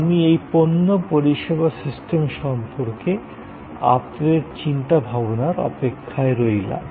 আমি এই পণ্য পরিষেবা সিস্টেম সম্পর্কে আপনাদের চিন্তা ভাবনার অপেক্ষায় রইলাম